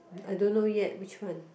I don't know yet which one